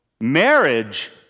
Marriage